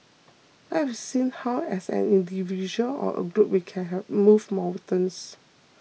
I have seen how as an individual or a group we can have move mountains